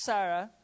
Sarah